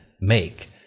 make